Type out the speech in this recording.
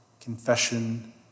Confession